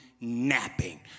napping